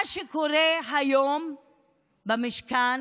מה שקורה היום במשכן